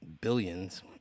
billions